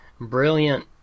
brilliant